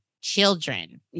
children